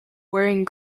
wearing